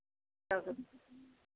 क्या करूँ